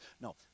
No